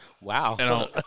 Wow